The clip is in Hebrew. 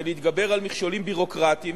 ולהתגבר על מכשולים ביורוקרטיים,